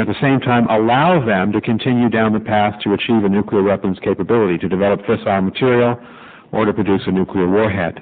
at the same time allow them to continue down the path to achieve a nuclear weapons capability to develop syria or to produce a nuclear warhead